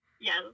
Yes